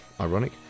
ironic